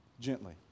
gently